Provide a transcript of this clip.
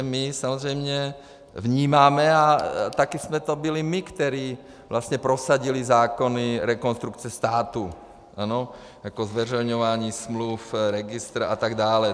My samozřejmě vnímáme a také jsme to byli my, kteří jsme prosadili zákony Rekonstrukce státu, ano, jako zveřejňování smluv, registr atd.